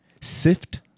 Sift